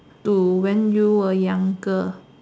to when you were younger